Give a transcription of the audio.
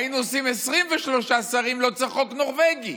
היינו עושים 23 שרים, ולא צריך חוק נורבגי.